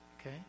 Okay